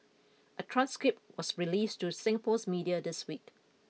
a transcript was released to Singapore's media this week